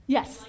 Yes